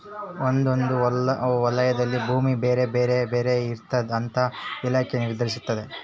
ಒಂದೊಂದು ವಲಯದಲ್ಲಿ ಭೂಮಿ ಬೆಲೆ ಬೇರೆ ಬೇರೆ ಇರ್ತಾದ ಅದನ್ನ ಇಲಾಖೆ ನಿರ್ಧರಿಸ್ತತೆ